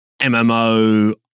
MMO